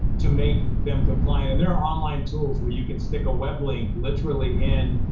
to make them compliant, and there are online tools where you can stick a web link literally in,